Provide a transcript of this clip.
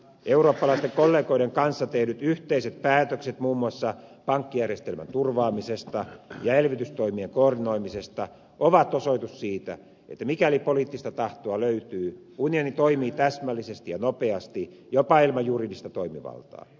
eurooppalaisten kollegoiden kanssa tehdyt yhteiset päätökset muun muassa pankkijärjestelmän turvaamisesta ja elvytystoimien koordinoimisesta ovat osoitus siitä että mikäli poliittista tahtoa löytyy unioni toimii täsmällisesti ja nopeasti jopa ilman juridista toimivaltaa